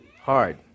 hard